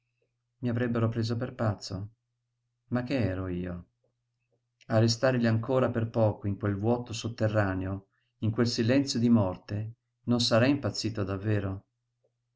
i avrebbero preso per pazzo ma che ero io a restare lí ancora per poco in quel vuoto sotterraneo in quel silenzio di morte non sarei impazzito davvero